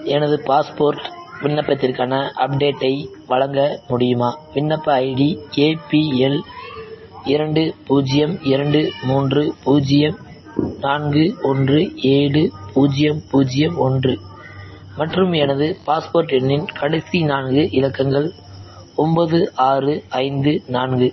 எனது பாஸ்போர்ட் விண்ணப்பத்திற்கான அப்டேட்டை வழங்க முடியுமா விண்ணப்ப ஐடி ஏபிஎல் இரண்டு பூஜ்ஜியம் இரண்டு மூன்று பூஜ்ஜியம் நான்கு ஒன்று ஏழு பூஜ்ஜியம் பூஜ்ஜியம் ஒன்று மற்றும் எனது பாஸ்போர்ட் எண்ணின் கடைசி நான்கு இலக்கங்கள் ஒம்பது ஆறு ஐந்து நான்கு